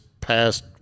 past